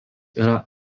yra